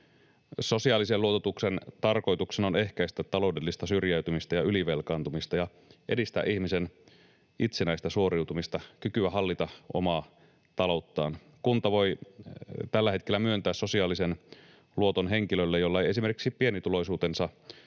Sosiaalisen luototuksen tarkoituksena on ehkäistä taloudellista syrjäytymistä ja ylivelkaantumista ja edistää ihmisen itsenäistä suoriutumista, kykyä hallita omaa talouttaan. Kunta voi tällä hetkellä myöntää sosiaalisen luoton henkilölle, jolla ei esimerkiksi pienituloisuutensa